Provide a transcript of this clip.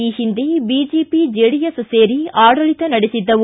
ಈ ಹಿಂದೆ BJP JDS ಸೇರಿ ಆಡಳಿತ ನಡೆಸಿದ್ದವು